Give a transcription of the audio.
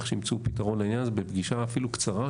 שימצאו פתרון לעניין הזה בפגישה אפילו קצרה,